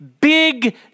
big